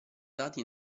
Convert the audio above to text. dati